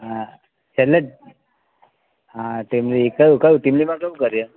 હા એટલે હા ટીમલી કયુ કયુ ટીમલીમાં કયુ કરીએ